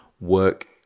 work